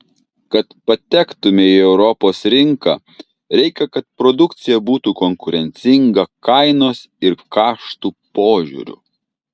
kad patektumei į europos rinką reikia kad produkcija būtų konkurencinga kainos ir kaštų požiūriu